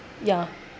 ya